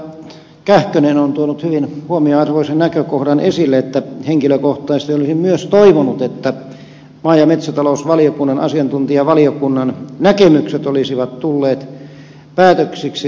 kähkönen on tuonut hyvin huomionarvoisen näkökohdan esille joten henkilökohtaisesti olisin myös toivonut että maa ja metsätalousvaliokunnan asiantuntijavaliokunnan näkemykset olisivat tulleet päätöksiksi